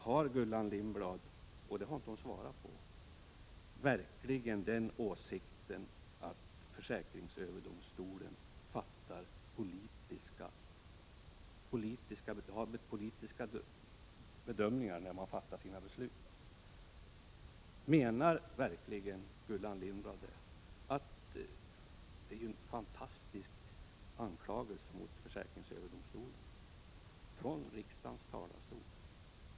Men hon har inte svarat på frågan om hon har den åsikten att försäkringsöverdomstolen gör politiska bedömningar när den fattar sina beslut. Menar Gullan Lindblad verkligen det? Det är ju en fantastisk anklagelse mot försäkringsöverdomstolen, framförd från riksdagens talarstol.